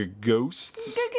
ghosts